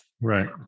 Right